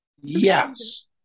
yes